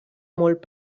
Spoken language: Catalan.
molt